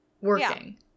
working